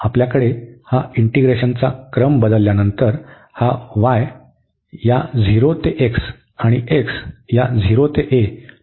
आपल्याकडे हे इंटीग्रेशनचा क्रम बदलल्यानंतर आपल्याकडे हा y या 0 ते x आणि x या 0 ते a पर्यंत जाईल